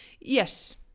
Yes